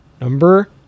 number